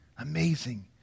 Amazing